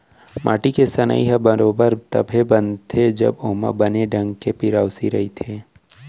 माटी के सनई ह बरोबर तभे बनथे जब ओमा बने ढंग के पेरौसी रइथे